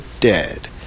dead